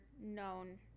known